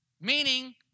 Meaning